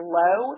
low